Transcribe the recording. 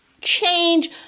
change